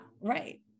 right